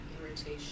irritation